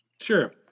Sure